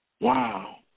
Wow